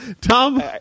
tom